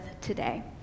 today